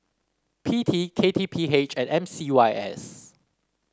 P T K T P H and M C Y S